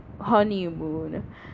honeymoon